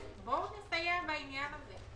אז בואו נסייע בעניין הזה.